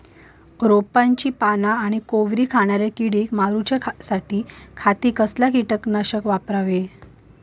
रोपाची पाना आनी कोवरी खाणाऱ्या किडीक मारूच्या खाती कसला किटकनाशक वापरावे?